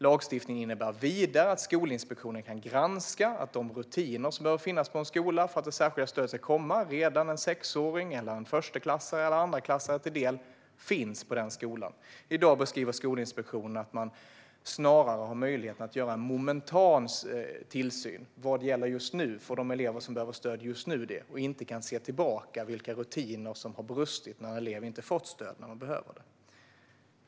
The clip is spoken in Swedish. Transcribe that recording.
Lagstiftningen innebär vidare att Skolinspektionen kan granska att de rutiner som bör finnas på en skola för att det särskilda stödet ska komma en sexåring, en förstaklassare eller en andraklassare till del finns på den skolan. I dag beskriver Skolinspektionen att man snarare har möjlighet att göra en momentan tillsyn för de elever som behöver stöd just nu. Man kan inte se tillbaka på vilka rutiner som har brustit när eleven inte har fått det stöd som eleven behöver.